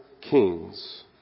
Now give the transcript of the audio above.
kings